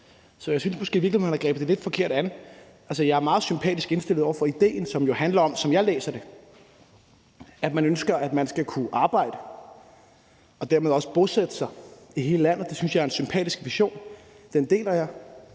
at man har grebet det lidt forkert an. Altså, jeg er meget sympatisk indstillet over for idéen, der, som jeg læser det, jo handler om et ønske om, at man skal kunne arbejde og dermed også bosætte sig i hele landet. Det synes jeg er en sympatisk ambition, og den deler jeg.